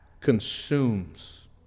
consumes